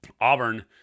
Auburn